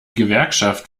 gewerkschaft